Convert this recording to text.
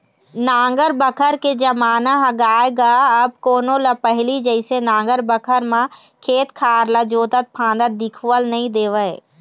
नांगर बखर के जमाना ह गय गा अब कोनो ल पहिली जइसे नांगर बखर म खेत खार ल जोतत फांदत दिखउल नइ देवय